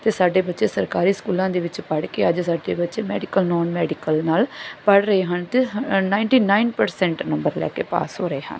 ਅਤੇ ਸਾਡੇ ਬੱਚੇ ਸਰਕਾਰੀ ਸਕੂਲਾਂ ਦੇ ਵਿੱਚ ਪੜ੍ਹ ਕੇ ਅੱਜ ਸਾਡੇ ਬੱਚੇ ਮੈਡੀਕਲ ਨੌਨ ਮੈਡੀਕਲ ਨਾਲ ਪੜ੍ਹ ਰਹੇ ਹਨ ਅਤੇ ਨਾਇਟੀ ਨਾਈਨ ਪਰਸੈਂਟ ਨੰਬਰ ਲੈ ਕੇ ਪਾਸ ਹੋ ਰਹੇ ਹਨ